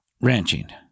Ranching